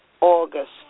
August